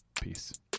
peace